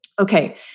okay